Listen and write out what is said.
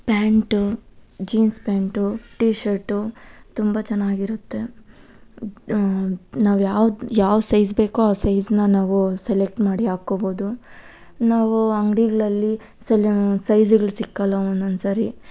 pant jeans pant T shirt ತುಂಬ ಚೆನ್ನಾಗಿರುತ್ತೆ ನಾವು ಯಾವ್ದು ಯಾವ ಸೈಜ್ ಬೇಕೊ ಆ ಸೈಜನ್ನ ನಾವು ಸೆಲೆಕ್ಟ್ ಮಾಡಿ ಹಾಕ್ಕೊಬೋದು ನಾವು ಅಂಗಡಿಗಳಲ್ಲಿ ಸೆಲ್ ಸೈಜ್ಗಳು ಸಿಕ್ಕಲ್ಲ ಒಂದೊಂದ್ಸಾರಿ